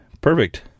perfect